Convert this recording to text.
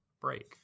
break